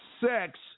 sex